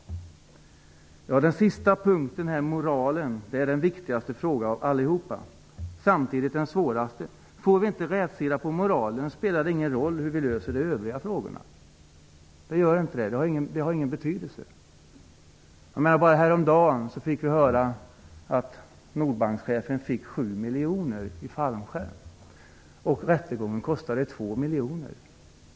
Moralen är allra viktigast men samtidigt svårast. Om vi inte får rätsida på moralen så spelar det ingen roll hur vi hanterar de andra frågorna. Det har ingen betydelse. Häromdagen kunde vi höra att nordbankschefen fick 7 miljoner i fallskärm. Rättegången kostade 2 miljoner.